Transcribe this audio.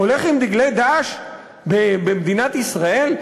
הולך עם דגלי "דאעש" במדינת ישראל?